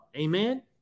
Amen